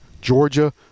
Georgia